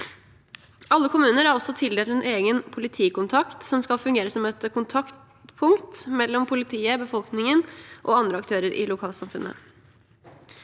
Alle kommuner er også tildelt en egen politikontakt som skal fungere som et kontaktpunkt mellom politiet, befolkningen og andre aktører i lokalsamfunnet.